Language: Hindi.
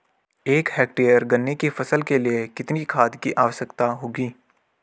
एक हेक्टेयर गन्ने की फसल के लिए कितनी खाद की आवश्यकता होगी?